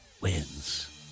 wins